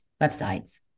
websites